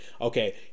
okay